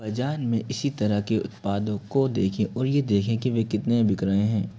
बाज़ार में इसी तरह के उत्पादों को देखें और ये देखें कि वे कितने बिक रहे हैं